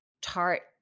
tart